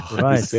right